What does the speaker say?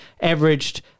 averaged